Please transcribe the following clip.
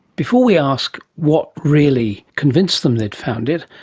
before we ask what really convinced them they'd found it,